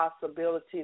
possibility